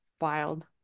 Wild